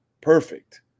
perfect